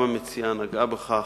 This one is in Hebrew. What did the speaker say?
גם המציעה נגעה בכך.